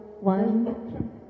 One